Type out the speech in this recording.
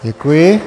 Děkuji.